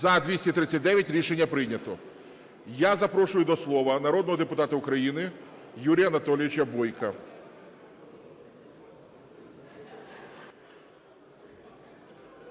За-239 Рішення прийнято. Я запрошую до слова народного депутата України Юрія Анатолійовича Бойка.